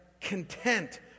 content